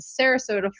Sarasota